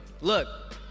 look